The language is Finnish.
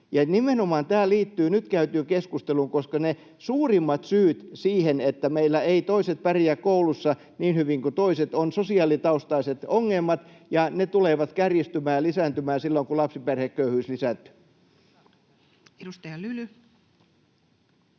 Nimenomaan tämä liittyy nyt käytyyn keskusteluun, koska ne suurimmat syyt siihen, että meillä eivät toiset pärjää koulussa niin hyvin kuin toiset, ovat sosiaalitaustaiset ongelmat, ja ne tulevat kärjistymään ja lisääntymään silloin, kun lapsiperheköyhyys lisääntyy. [Speech 117]